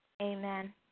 Amen